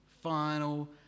final